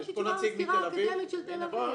יש איתי גם המזכירה האקדמית של תל אביב.